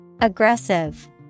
Aggressive